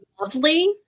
lovely